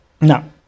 no